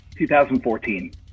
2014